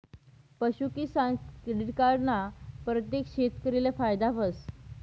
पशूकिसान credit card ना परतेक शेतकरीले फायदा व्हस